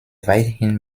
weithin